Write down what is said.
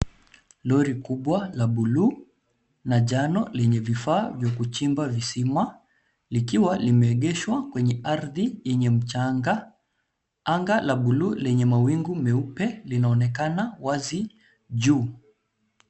Lori kubwa la buluu na njano lenye vifaa ya kuchimba visima likiwa limeegeshwa kwenye ardhi yenye mchanga. Anga la buluu lenye mawingu meupe linaonekana wazi juu.